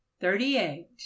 thirty-eight